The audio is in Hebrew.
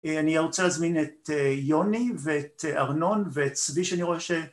אני רוצה להזמין את יוני ואת ארנון ואת צבי שאני רואה ש...